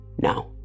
now